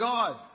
God